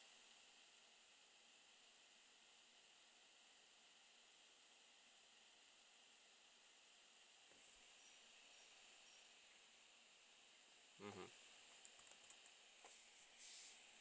mmhmm